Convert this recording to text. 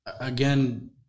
Again